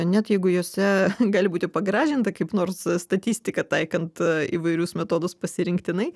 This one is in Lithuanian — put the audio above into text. net jeigu jose gali būti pagražinta kaip nors statistika taikant įvairius metodus pasirinktinai